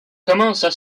commencent